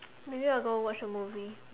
maybe I'll go watch a movie